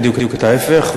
עושים בדיוק את ההפך,